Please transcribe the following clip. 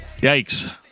yikes